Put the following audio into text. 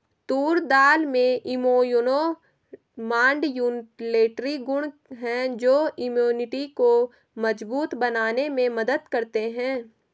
तूर दाल में immuno modulatory गुण हैं जो इम्यूनिटी को मजबूत बनाने में मदद करते है